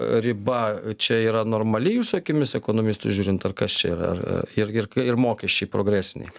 riba čia yra normali jūsų akimis ekonomistų žiūrint ar kas čia ar ar ir ir kai ir mokesčiai progresiniai